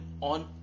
on